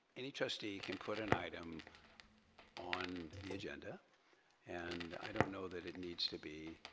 any trustee can put an item on the agenda and i don't know that it needs to be